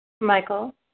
michael